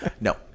No